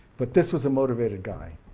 but this was a motivated guy,